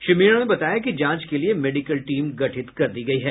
श्री मीणा ने बताया कि जांच के लिए मेडिकल टीम गठित की गई है